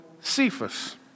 Cephas